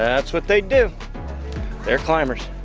that's what they do they're climbers.